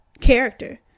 character